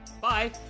Bye